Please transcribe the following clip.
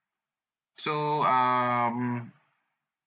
so um